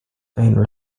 owner